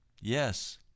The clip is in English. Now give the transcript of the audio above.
Yes